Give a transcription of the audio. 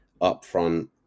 upfront